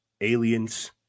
aliens